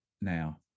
now